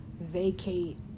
vacate